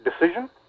decision